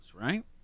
right